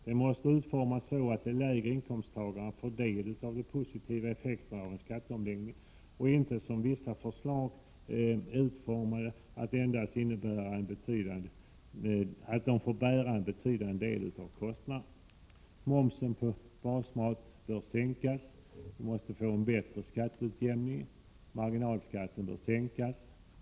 Den måste utformas så att också de lägre inkomsttagarna får del av de positiva effekterna av en skatteomläggning och inte — som vissa förslag innebär — endast får bära en betydande del av kostnaderna. Momsen på basmat bör sänkas. Vi måste få en bättre kommunal skatteutjämning. Marginalskatten bör sänkas.